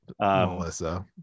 Melissa